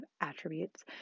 attributes